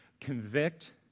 convict